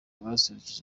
basusurukije